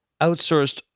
outsourced